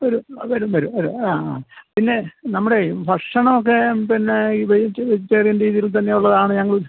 വരും ആ വരും വരും വരും ആ ആ പിന്നെ നമ്മുടെ ഭക്ഷണമൊക്കെ പിന്നെ ഈ വെജിറ്റ വെജിറ്റേറിയൻ രീതിയിൽ തന്നെ ഉള്ളതാണ് ഞങ്ങൾ